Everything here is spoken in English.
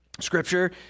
scripture